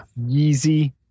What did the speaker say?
Yeezy